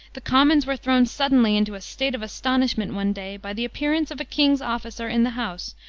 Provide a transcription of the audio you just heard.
the commons were thrown suddenly into a state of astonishment one day by the appearance of a king's officer in the house,